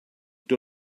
eto